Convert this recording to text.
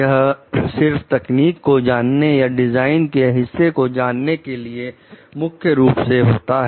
यह सिर्फ तकनीक को जानने या डिजाइन के हिस्से को जानने के लिए मुख्य रूप से होता है